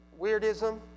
Weirdism